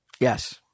Yes